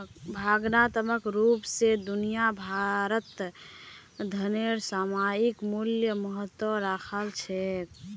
भावनात्मक रूप स दुनिया भरत धनेर सामयिक मूल्य महत्व राख छेक